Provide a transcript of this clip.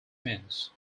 means